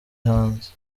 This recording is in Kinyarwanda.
hanze